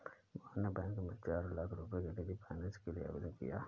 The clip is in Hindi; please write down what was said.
मोहन ने बैंक में चार लाख रुपए की निजी फ़ाइनेंस के लिए आवेदन किया है